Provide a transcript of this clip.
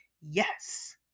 Yes